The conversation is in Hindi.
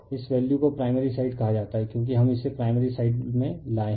इस वैल्यू को प्राइमरी साइड कहा जाता है क्योंकि हम इसे प्राइमरी साइड में लाए हैं